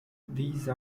these